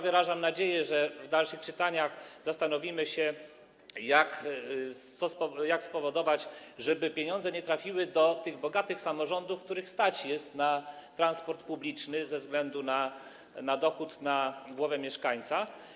Wyrażam nadzieję, że w dalszych czytaniach zastanowimy się, jak spowodować, żeby pieniądze nie trafiły do tych bogatych samorządów, które stać jest na transport publiczny ze względu na dochód na głowę mieszkańca.